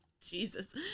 Jesus